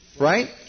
Right